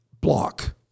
Block